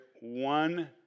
one